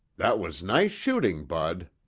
that was nice shooting, bud.